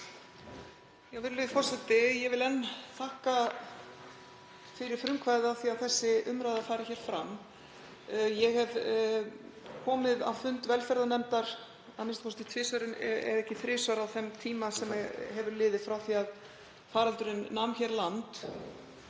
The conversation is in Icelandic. Ég vil enn þakka fyrir frumkvæðið að því að þessi umræða fari hér fram. Ég hef komið á fund velferðarnefndar a.m.k. tvisvar ef ekki þrisvar á þeim tíma sem liðið hefur frá því að faraldurinn nam hér land